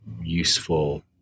useful